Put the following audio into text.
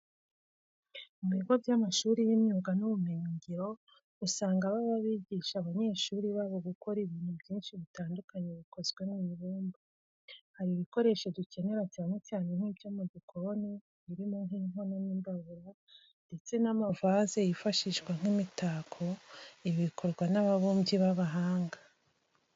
Mu bigo by'amashuri y'imyuga n'ubumenyingiro, usanga baba bigisha abanyeshuri babo gukora ibintu byinshi bitandukanye bikozwe mu ibumba. Hari ibikoresho dukenera cyane cyane nk'ibyo mu gikoni birimo nk'inkono n'imbabura ndetse n'amavaze yifashishwa nk'imitako, ibi bikorwa n'ababumbyi b'abahanga.